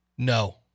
No